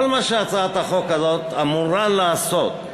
כל מה שהצעת החוק הזאת אמורה לעשות,